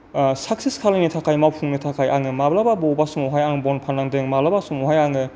success खालामनो थाखाय मावफुंनो थाखाय आङो माब्लाबा बबेबा समाव आं बन फाननांदों माब्लाबा समावहाय आङो